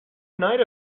night